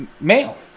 male